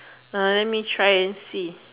let me try and see